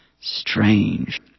Strange